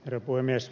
herra puhemies